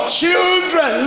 children